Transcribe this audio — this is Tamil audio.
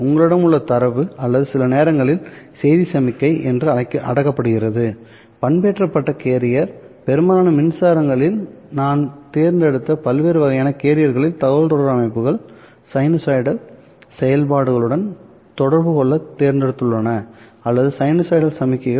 உங்களிடம் உள்ள தரவு அல்லது சில நேரங்களில் செய்தி சமிக்ஞை என்று அடக்கப்படுகிறது பண்பேற்றப்பட்ட கேரியர் பெரும்பாலான மின்சாரங்களில் நாம் தேர்ந்தெடுத்த பல்வேறு வகையான கேரியர்களில் தகவல்தொடர்பு அமைப்புகள் சைனூசாய்டல் செயல்பாடுகளுடன் தொடர்பு கொள்ளத் தேர்ந்தெடுத்துள்ளன அல்லது சைனூசாய்டல் சமிக்ஞைகள்